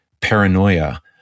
paranoia